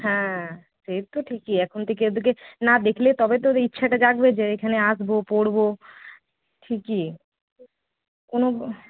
হ্যাঁ সেই তো ঠিকই এখন থেকে ওদেরকে না দেখলে তবে তো ইচ্ছেটা জাগবে যে এখানে আসব পড়ব ঠিকই